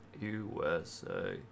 USA